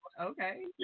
okay